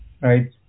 right